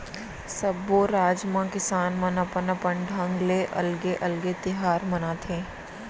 सब्बो राज म किसान मन अपन अपन ढंग ले अलगे अलगे तिहार मनाथे